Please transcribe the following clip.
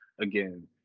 again